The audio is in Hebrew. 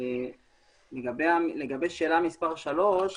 בנוגע לשאלה הרביעית